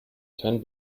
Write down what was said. kein